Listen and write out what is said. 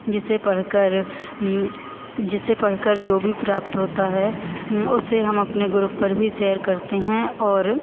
जिसे पढ़कर जिसे पढ़कर जो भी प्राप्त होता है उसे हम अपने ग्रुप पर भी सेयर करते हैं और